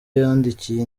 yandikiye